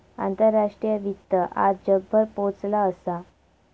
आंतराष्ट्रीय वित्त आज जगभर पोचला असा